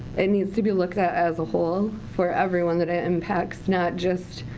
it needs to be looked at as a whole for everyone that it impacts. not just,